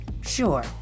sure